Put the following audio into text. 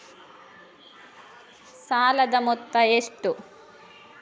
ಸಾಲದ ಮೊತ್ತ ಎಷ್ಟು?